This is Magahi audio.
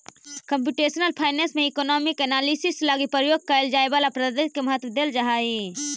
कंप्यूटेशनल फाइनेंस में इकोनामिक एनालिसिस लगी प्रयोग कैल जाए वाला पद्धति के महत्व देल जा हई